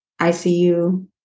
ICU